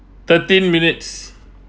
thirteen minutes